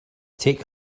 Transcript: take